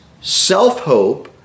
self-hope